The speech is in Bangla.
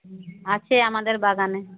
আছে আমাদের বাগানে